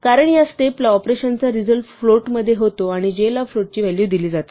कारण या स्टेप ला ऑपरेशनचा रिझल्ट फ्लोटमध्ये होतो आणि j ला फ्लोट ची व्हॅलू दिली जाते